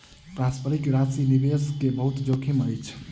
पारस्परिक प्राशि के निवेश मे बहुत जोखिम अछि